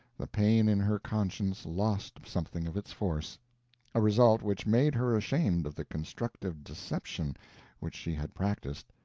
the pain in her conscience lost something of its force a result which made her ashamed of the constructive deception which she had practiced,